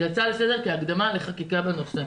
זו הצעה לסדר כהקדמה לחקיקה בנושא.